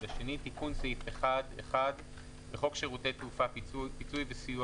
"תיקון סעיף 1 1. בחוק שירותי תעופה (פיצוי וסיוע